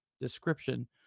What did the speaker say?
description